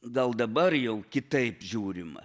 gal dabar jau kitaip žiūrima